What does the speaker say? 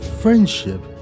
friendship